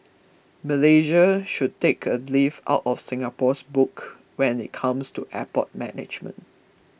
Malaysia should take a leaf out of Singapore's book when it comes to airport management